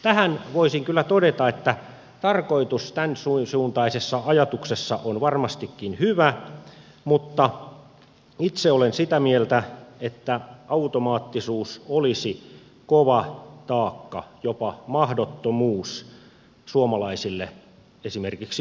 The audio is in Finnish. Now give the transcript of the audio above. tähän voisin kyllä todeta että tarkoitus tämänsuuntaisessa ajatuksessa on varmastikin hyvä mutta itse olen sitä mieltä että automaattisuus olisi kova taakka jopa mahdottomuus esimerkiksi suomalaisille urheiluseuroille